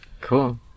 Cool